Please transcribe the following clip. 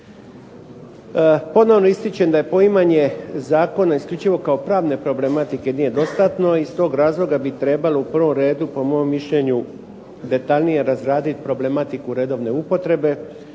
Ponovno ističem da je poimanje zakona isključivo kao pravne problematike nije dostatno i iz tog razloga bi trebalo u prvom redu po mom mišljenju detaljnije razraditi problematiku redovne upotrebe